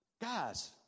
Guys